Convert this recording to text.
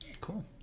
Cool